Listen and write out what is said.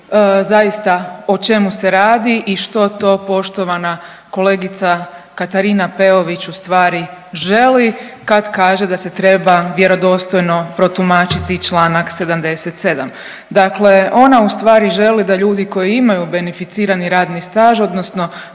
zaista o čemu se radi i što to poštovana kolegica Katarina Peović ustvari želi kad kaže da se treba vjerodostojno protumačiti čl. 77.. Dakle ona ustvari želi da ljudi koji imaju beneficirani radni staž odnosno